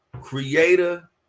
creator